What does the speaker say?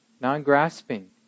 non-grasping